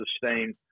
sustain –